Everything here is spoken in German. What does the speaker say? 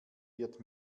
wird